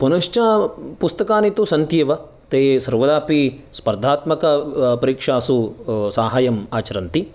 पुनश्च पुस्तकानि तु सन्ति एव ते सर्वदापि स्पर्धात्मकपरीक्षासु साहाय्यम् आचरन्ति